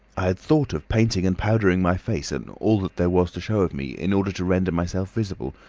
i had thought of painting and powdering my face and all that there was to show of me, in order to render myself visible,